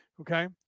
Okay